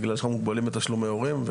בגלל שאנחנו מוגבלים בתשלומי הורים.